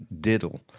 diddle